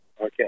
okay